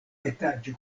etaĝo